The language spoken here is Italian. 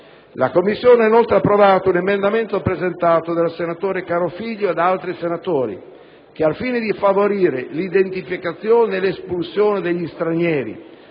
La Commissione ha inoltre approvato un emendamento presentato dal senatore Carofiglio e da altri senatori che, al fine di favorire l'identificazione e l'espulsione degli stranieri